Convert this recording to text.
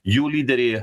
jų lyderiai